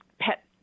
pet